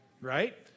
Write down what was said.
right